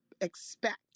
expect